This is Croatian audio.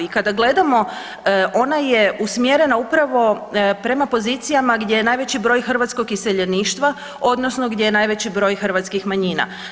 I kada gledamo ona je usmjerena upravo prema pozicijama gdje je najveći broj hrvatskog iseljeništva odnosno gdje je najveći broj hrvatskih manjina.